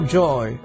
joy